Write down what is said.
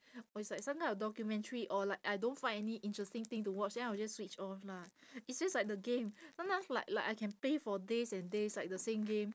or is like some kind of documentary or like I don't find any interesting thing to watch then I will just switch off lah it's just like the game sometimes like like I can play for days and days like the same game